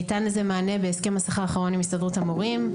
ניתן לזה מענה בהסכם השכר האחרון עם הסתדרות המורים,